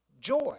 joy